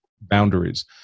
boundaries